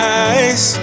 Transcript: eyes